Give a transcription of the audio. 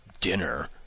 Dinner